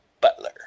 Butler